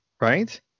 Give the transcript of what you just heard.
right